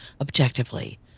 objectively